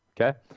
Okay